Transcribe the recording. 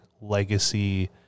legacy